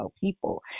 people